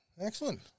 Excellent